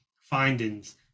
findings